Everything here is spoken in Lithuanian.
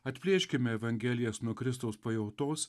atplėškime evangelijas nuo kristaus pajautos